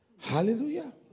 Hallelujah